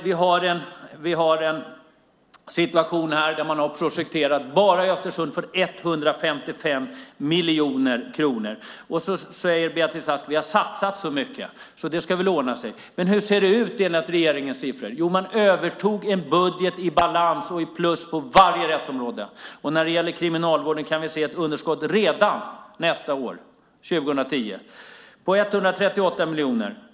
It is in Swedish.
Vi har en situation där man bara i Östersund har projekterat för 155 miljoner kronor. Beatrice Ask säger att man har satsat så mycket att det ska ordna sig. Men hur ser det ut enligt regeringens siffror? Jo, man övertog en budget i balans och med plus på varje rättsområde. När det gäller Kriminalvården kan vi se ett underskott redan nästa år, 2010, på 138 miljoner.